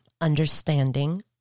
understanding